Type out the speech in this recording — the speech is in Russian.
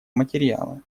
материала